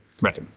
Right